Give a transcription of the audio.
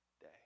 day